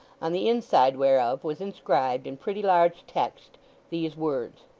on the inside whereof was inscribed in pretty large text these words